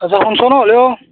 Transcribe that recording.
অ' যা শুনিছ নে হ'লেও